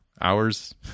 hours